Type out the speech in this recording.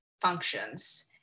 functions